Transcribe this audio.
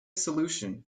solution